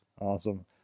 Awesome